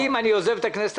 אם אני עוזב את הכנסת,